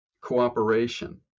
cooperation